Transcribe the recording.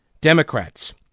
Democrats